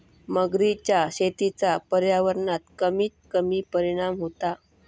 मगरीच्या शेतीचा पर्यावरणावर कमीत कमी परिणाम होता